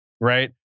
Right